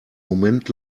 moment